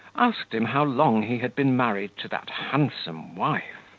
asked him how long he had been married to that handsome wife.